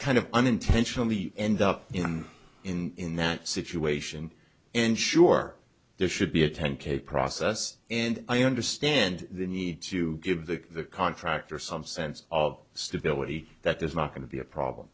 kind of unintentionally end up in in that situation and sure there should be a ten k process and i understand the need to give the contractor some sense of stability that there's not going to be a problem